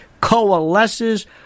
coalesces